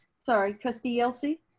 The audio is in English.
sorry, trustee yelsey.